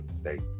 State